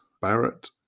Barrett